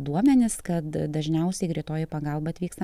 duomenys kad dažniausiai greitoji pagalba atvyksta